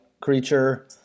creature